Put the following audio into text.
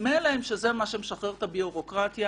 מה השר מחליט?